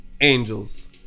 Angels